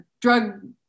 drug